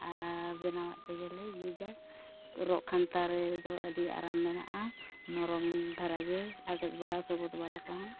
ᱟᱨ ᱵᱮᱱᱟᱣᱟᱜ ᱛᱮᱜᱮᱞᱮ ᱤᱭᱩᱡᱟ ᱨᱚᱜ ᱠᱷᱟᱱᱛᱷᱟ ᱨᱮᱫᱚ ᱟᱹᱰᱤ ᱟᱨᱟᱢ ᱢᱮᱱᱟᱜᱼᱟ ᱱᱚᱨᱚᱢ ᱫᱷᱟᱨᱟ ᱜᱮ ᱟᱴᱮᱫ ᱵᱟᱲᱟ ᱥᱚᱵᱚᱫ ᱵᱟᱲᱟ ᱠᱚᱦᱚᱸ